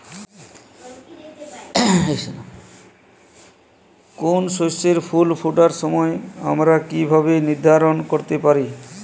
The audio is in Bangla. কোনো শস্যের ফুল ফোটার সময় আমরা কীভাবে নির্ধারন করতে পারি?